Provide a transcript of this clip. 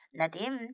Nadim